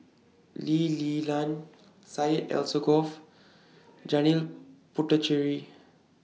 Lee Li Lian Syed Alsagoff Janil Puthucheary